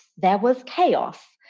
there was chaos.